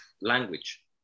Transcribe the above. language